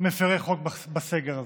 מפירי חוק בסגר הזה,